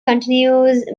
continues